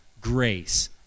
grace